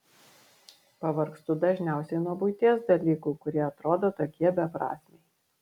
pavargstu dažniausiai nuo buities dalykų kurie atrodo tokie beprasmiai